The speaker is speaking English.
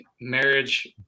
marriage